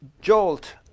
jolt